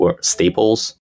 Staples